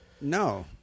No